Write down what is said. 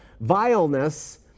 vileness